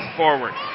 forward